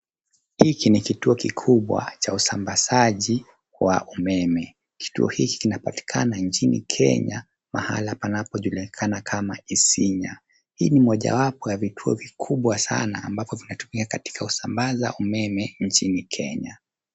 Hiki ni kituo kikubwa cha usambazaji, wa umeme. Kituo hiki kinapatikana nchini Kenya, mahala panapo julikana kama Isinya. Hii ni mojawapo ya vituo vikubwa sana ambapo vinatumika katika kusambaza umeme nchini Kenya.